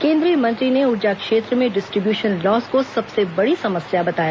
केन्द्रीय मंत्री ने ऊर्जा क्षेत्र में डिस्ट्रीब्यूशन लॉस को सबसे बड़ी समस्या बताया